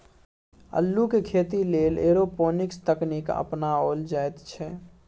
अल्लुक खेती लेल एरोपोनिक्स तकनीक अपनाओल जाइत छै